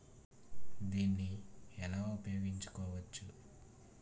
దీన్ని ఎలా ఉపయోగించు కోవచ్చు?